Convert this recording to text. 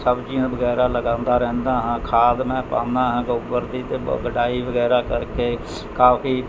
ਸਬਜ਼ੀਆਂ ਵਗੈਰਾ ਲਗਾਉਂਦਾ ਰਹਿੰਦਾ ਹਾਂ ਖਾਦ ਮੈਂ ਪਾਉਂਦਾ ਹਾਂ ਗੋਬਰ ਦੀ ਅਤੇ ਬਹੁ ਗਡਾਈ ਵਗੈਰਾ ਕਰ ਕੇ ਕਾਫ਼ੀ